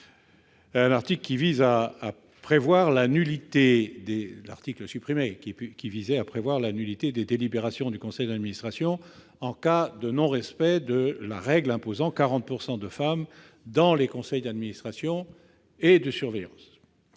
commission spéciale, tendait à prévoir la nullité des délibérations du conseil d'administration en cas de non-respect de la règle imposant la présence 40 % de femmes dans les conseils d'administration et de surveillance.